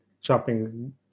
shopping